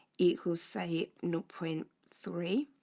equals say not point three